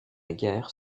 guerre